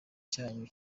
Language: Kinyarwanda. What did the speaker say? cyanyu